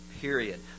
Period